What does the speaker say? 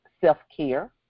self-care